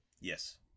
Yes